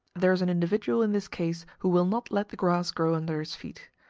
there is an individual in this case who will not let the grass grow under his feet.